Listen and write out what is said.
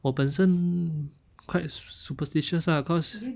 我本身 quite superstitious ah cause